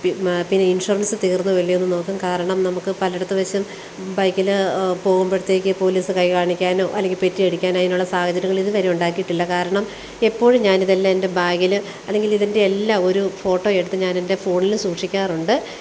പിന്നെ ഇൻഷുറൻസ് തീർന്നോ ഇല്ലയോയെന്ന് നോക്കും കാരണം നമുക്ക് പലയിടത്ത് വച്ചും ബൈക്കിൽ പോകുമ്പോഴേക്ക് പോലീസ് കൈ കാണിക്കാനോ അല്ലെങ്കിൽ പെറ്റിയടിക്കാൻ അതിനുള്ള സാഹചര്യങ്ങൾ ഇതുവരെ ഉണ്ടാക്കിയിട്ടില്ല കാരണം എപ്പോഴും ഞാനിതെല്ലാം എൻ്റെ ബാഗിൽ അല്ലെങ്കിലിതിൻ്റെ എല്ലാം ഒരു ഫോട്ടോ എടുത്ത് ഞാനെൻ്റെ ഫോണിൽ സൂക്ഷിക്കാറുണ്ട്